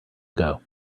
ago